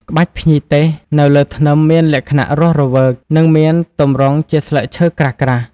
ក្បាច់ភ្ញីទេសនៅលើធ្នឹមមានលក្ខណៈរស់រវើក និងមានទម្រង់ជាស្លឹកឈើក្រាស់ៗ។